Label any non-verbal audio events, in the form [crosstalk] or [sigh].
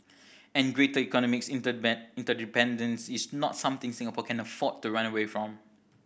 and greater economic [unintelligible] interdependence is not something Singapore can afford to run away from